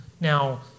Now